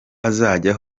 azajya